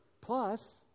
Plus